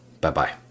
Bye-bye